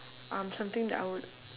um something that I would